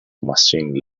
machine